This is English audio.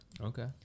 Okay